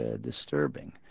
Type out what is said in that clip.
disturbing